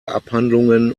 abhandlungen